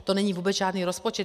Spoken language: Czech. To není vůbec žádný rozpočet.